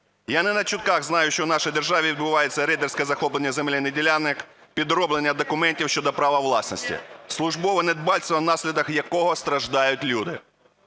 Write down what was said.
Я не на чутках знаю, що в нашій державі відбувається рейдерське захоплення земельних ділянок, підроблення документів щодо права власності, службове недбальство, внаслідок якого страждають люди.